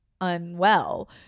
unwell